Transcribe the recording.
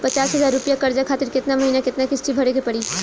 पचास हज़ार रुपया कर्जा खातिर केतना महीना केतना किश्ती भरे के पड़ी?